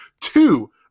Two